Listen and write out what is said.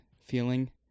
feeling